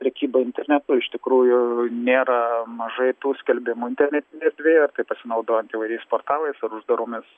prekyba internetu iš tikrųjų nėra mažai tų skelbimų internetinėje erdvėje tai pasinaudojant įvairiais portalais ar uždaromis